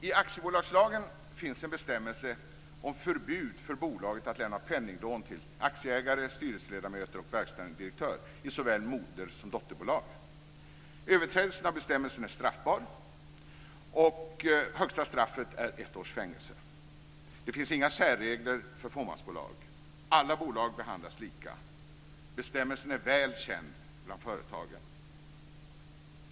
I aktiebolagslagen finns en bestämmelse om förbud för bolaget att lämna penninglån till aktieägare, styrelseledamöter och verkställande direktör i såväl moder som dotterbolag. Överträdelse av bestämmelsen är straffbar, och högsta straffet är ett års fängelse. Det finns inga särregler för fåmansbolag. Alla bolag behandlas lika. Bestämmelsen är väl känd bland företagen.